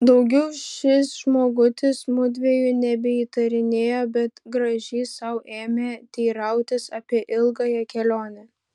daugiau šis žmogutis mudviejų nebeįtarinėjo bet gražiai sau ėmė teirautis apie ilgąją kelionę